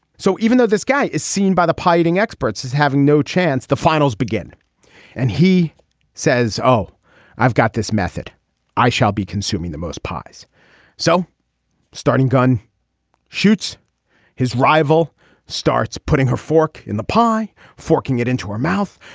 so even though this guy is seen by the pie eating experts as having no chance the finals begin and he says oh i've got this method i shall be consuming the most pies so gun shoots his rival starts putting her fork in the pie forking it into her mouth.